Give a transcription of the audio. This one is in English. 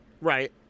right